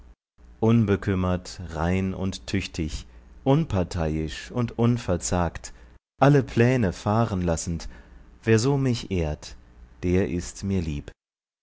unbekümmert rein und tüchtig unparteiisch und unverzagt alle pläne fahren lassend wer so mich ehrt der ist mir lieb